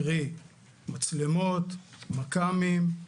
קרי מצלמות, מכ"מים,